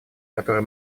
которые